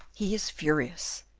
he is furious.